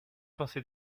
pincée